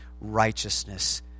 righteousness